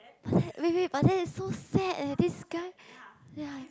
but that wait wait but that is so sad eh this guy ya